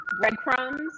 breadcrumbs